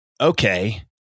okay